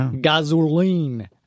Gasoline